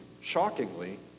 shockingly